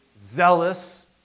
zealous